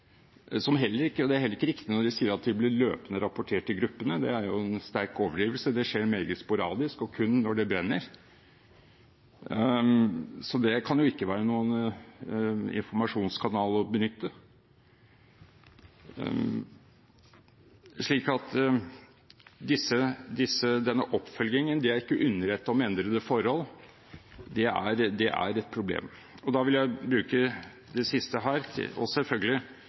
er heller ikke riktig når de sier at det blir løpende rapportert til gruppene. Det er en sterk overdrivelse – det skjer meget sporadisk og kun når det brenner, så det kan ikke være noen informasjonskanal å benytte. Denne oppfølgingen, det å ikke underrette om endrede forhold, er et problem. Det er bare å lese de seks punktene, og vi kan gjerne komme tilbake til det